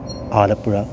Alappuzha